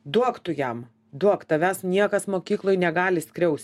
duok tu jam duok tavęs niekas mokykloj negali skriaust